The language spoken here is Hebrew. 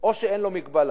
או שאין לו מגבלה,